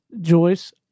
Joyce